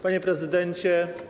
Panie Prezydencie!